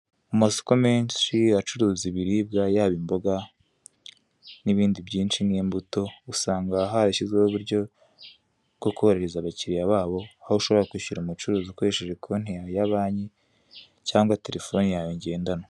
Amasoko menshi agiye acuruza ibiribwa yaba imboga n'ibindi byinshi nk'imbuto, usanga harashyizweho uburyo bwo korohereza abakiliya babo aho ushobora kwishyura umucuruzi ukoresheje konti yawe ya banki, cyangwa telefone yawe ngendanwa.